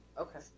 Okay